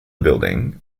building